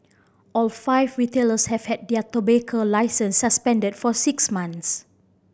all five retailers have had their tobacco licences suspended for six months